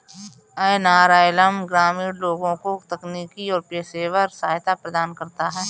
NRLM ग्रामीण लोगों को तकनीकी और पेशेवर सहायता प्रदान करता है